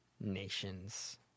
nations